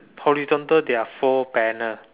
horizontal there are four banner